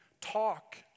talk